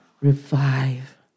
Revive